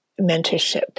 mentorship